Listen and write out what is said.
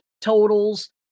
totals